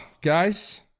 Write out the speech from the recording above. guys